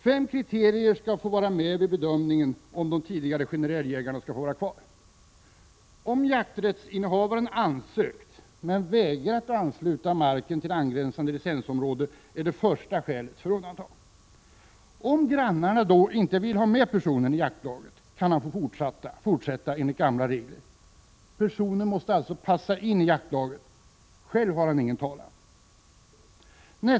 Fem kriterier skall ligga till grund för bedömningen av huruvida de tidigare ”generelljägarna” skall få vara kvar: Det första skälet för undantag är om jakträttsinnehavaren ansökt om men vägrats att ansluta marken till angränsande licensområde. Om grannarna inte vill ha med en person i jaktlaget kan denne få fortsätta att jaga enligt gamla regler. Personen måste alltså passa in i jaktlaget. Själv har han ingen talan.